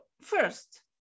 first